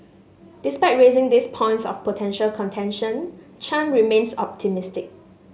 despite raising these points of potential contention Chan remains optimistic